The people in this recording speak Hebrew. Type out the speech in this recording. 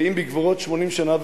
ואם בגבורות שמונים שנה,